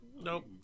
Nope